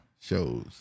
shows